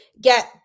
get